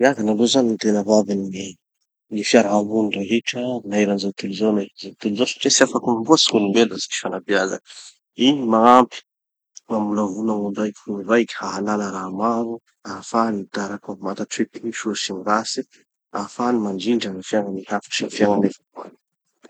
Fanabeazana aloha gny tena hoavin'ny gny fiarahamony rehetra na eran'ny zao tontolo zao na eran'ny zao tontolo zao satria tsy afaky mivoatsy gn'olom-belo raha tsisy fanabeaza. Igny magnampy, mamolavola gn'olo raiky gn'olo raiky hahalala raha maro, hahafahany mitara- mamantatsy hoe ty gny soa sy gny ratsy, hahafahany mandrindra gny fiaignan'ny hafa sy gny fiaignany avao koa.